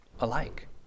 alike